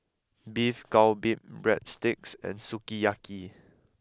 Beef Galbi Breadsticks and Sukiyaki